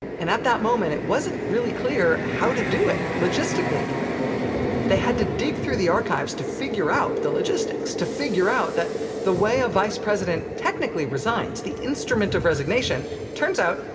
and, at that moment, it wasn't really clear how to do it. logistically, even they had to dig through the archives to figure out the logistics. to figure out that the way a vice president technically resigns the instrument of resignation turns out,